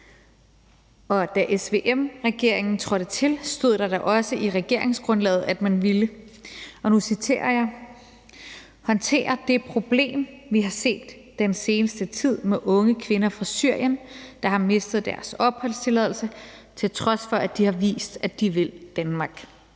Og da SVM-regeringen trådte til, stod der da også i regeringsgrundlaget, at man ville, og nu citerer jeg: »Håndtere det problem, vi har set den seneste tid, med unge kvinder fra Syrien, der har mistet deres opholdstilladelse til trods for, at de har vist, at de vil Danmark.«